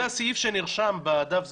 זה הסעיף שנרשם בדף זכאותו.